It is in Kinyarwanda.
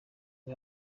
bwa